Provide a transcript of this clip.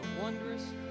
wondrous